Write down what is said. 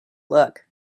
look